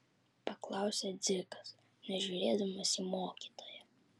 paklausė dzikas nežiūrėdamas į mokytoją